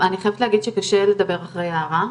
אני חייבת להגיד שקשה לדבר אחרי יערה,